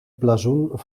blazoen